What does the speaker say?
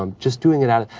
um just doing it out of,